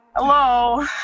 Hello